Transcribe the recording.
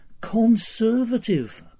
Conservative